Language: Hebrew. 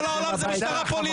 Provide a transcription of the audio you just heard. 12:57) כל העולם זה משטרה פוליטית?